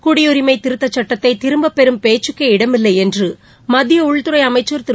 குடியுரிமை திருத்தச் சுட்டத்தை திரும்பப் பெறும் பேச்சுக்கே இடமில்லை என்று மத்திய உள்துறை அமைச்சர் திரு